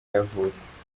yavutse